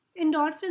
Endorphins